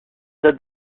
date